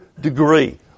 degree